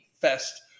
Fest